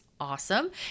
Awesome